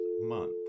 month